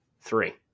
Three